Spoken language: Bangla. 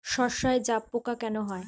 সর্ষায় জাবপোকা কেন হয়?